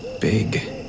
big